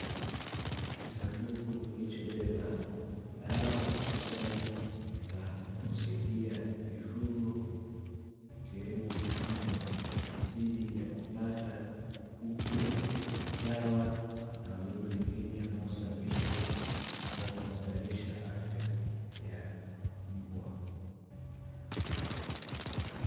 Kisanduku kilichobeba dawa hususani ya kusaidia mifugo ikiwemo mbwa dhidi ya kupata kupe, chawa na wadudu wengine wanasababisha au kuhatarisha afya ya mbwa.